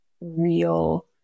real